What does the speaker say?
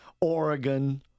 Oregon